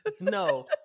No